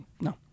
no